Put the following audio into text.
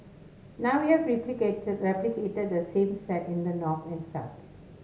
now we have replicated replicated the same set in the north and south